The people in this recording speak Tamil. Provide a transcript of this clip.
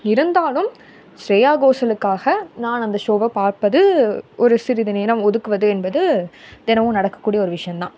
இருந்தாலும் ஷ்ரேயா கோஷலுக்காக நான் அந்த ஷோவை பார்ப்பது ஒரு சிறிது நேரம் ஒதுக்குவது என்பது தினமும் நடக்கக்கூடிய ஒரு விஷயந்தான்